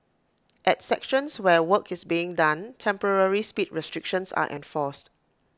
at sections where work is being done temporary speed restrictions are enforced